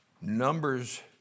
Numbers